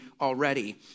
already